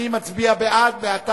אני מצביע בעד,